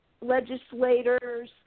legislators